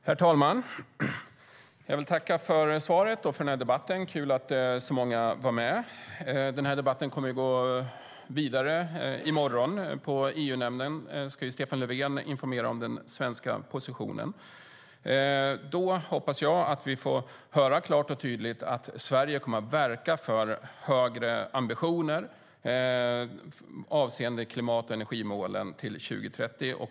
Herr talman! Jag vill tacka för svaret och för den här debatten. Kul att det är så många som är med. Diskussionen kommer att gå vidare i morgon på EU-nämnden då Stefan Löfven ska informera om den svenska positionen. Då hoppas jag att vi klart och tydligt får höra att Sverige kommer att verka för högre ambitioner avseende klimat och energimålen till 2030.